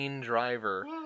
driver